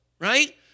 right